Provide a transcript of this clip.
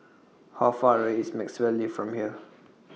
How Far away IS Maxwell LINK from here